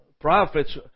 prophets